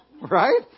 Right